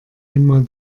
einmal